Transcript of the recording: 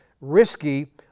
risky